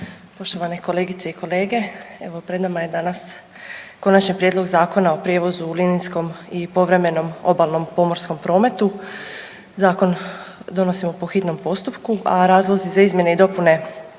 poštovane kolegice i kolege evo pred nama je danas Konačni prijedlog Zakona o prijevozu u linijskom i povremenom obalnom pomorskom prometu. Zakon donosimo po hitnom postupku, a razlozi za izmjene i dopune